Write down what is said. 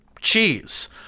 cheese